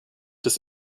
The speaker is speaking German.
des